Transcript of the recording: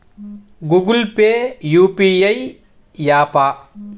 Google Pay UPI య్యాపా?